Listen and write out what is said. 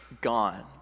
gone